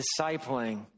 discipling